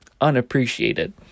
unappreciated